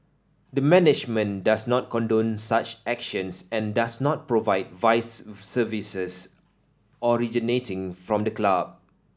the management does not condone such actions and does not provide vice services originating from the club